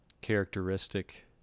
characteristic